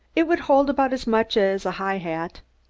it would hold about as much as a high hat.